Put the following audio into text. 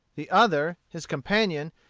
the other, his companion,